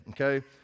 Okay